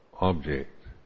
object